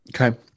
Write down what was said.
Okay